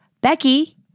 Becky